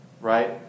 Right